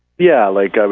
yeah, like